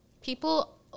people